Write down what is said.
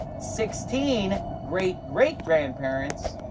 sixteen great great grandparents,